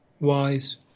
wise